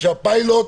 של הפיילוט